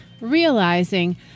realizing